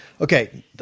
okay